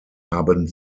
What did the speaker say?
haben